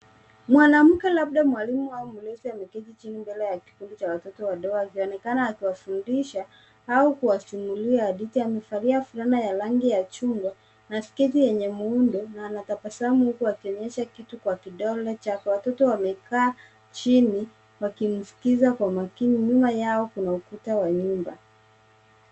Mwanamke labda mwalimu au mlezi ameketi mbele ya kikundi cha watoto wadogo akionekana akiwafundisha au kuwasimulia hadithi. Amevalia fulana ya rangi ya chungwa na sketi yenye muundo na anatabasamu huku akionyesha kitu kwa kidole chake. Watoto wamekaa chini wakimskiza kwa makini. Nyuma yao kuna ukuta wa nyumba.